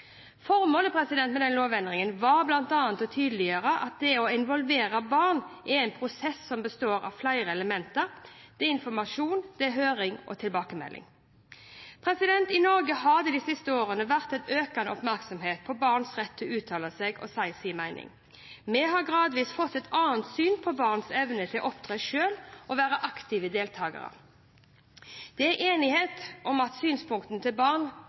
Formålet med lovendringen var bl.a. å tydeliggjøre at det å involvere barn er en prosess som består av flere elementer: informasjon, høring og tilbakemelding. I Norge har det de siste årene vært en økende oppmerksomhet om barns rett til å uttale seg og si sin mening. Vi har gradvis fått et annet syn på barns evne til å opptre selv og være aktive deltakere. Det er enighet om at synspunktene som barn